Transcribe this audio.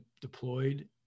deployed